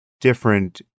different